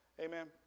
Amen